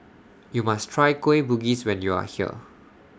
YOU must Try Kueh Bugis when YOU Are here